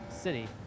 city